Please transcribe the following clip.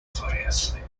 furiously